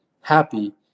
happy